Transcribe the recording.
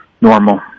normal